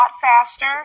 faster